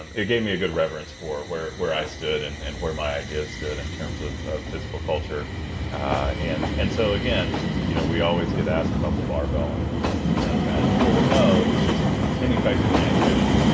and it gave me a good reverence for where where i stood and and where my ideas stood in terms of of physical culture and and so again you know we we always get asked about the barbell and is is that a bad tool. no it's just ineffective and and inefficient.